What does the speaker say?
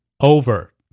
over